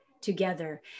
together